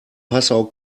passau